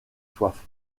soif